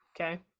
Okay